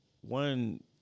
one